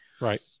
Right